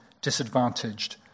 disadvantaged